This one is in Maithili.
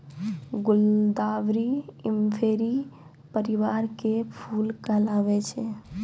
गुलदावरी इंफेरी परिवार के फूल कहलावै छै